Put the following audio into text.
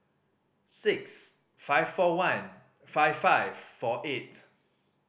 six five four one five five four eight